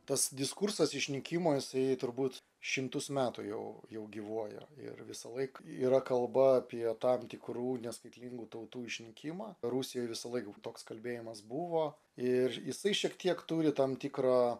tas diskursas išnykimo jisai turbūt šimtus metų jau jau gyvuoja ir visąlaik yra kalba apie tam tikrų neskaitlingų tautų išnykimą rusijoj visą laiką toks kalbėjimas buvo ir jisai šiek tiek turi tam tikrą